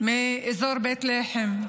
מאזור בית לחם.